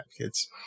kids